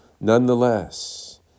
Nonetheless